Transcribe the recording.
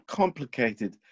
complicated